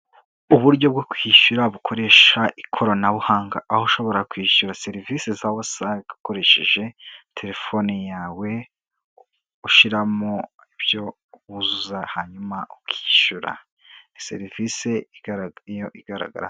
Uburyo bwo kwishyura bukoresha ikoranabuhanga, aho ushobora kwishyura serivisi za WASAC Ukoresheje terefoni yawe ushyiramo wuzuza hanyuma ukishyura, ni serivisi igaragara.